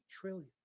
trillion